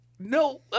No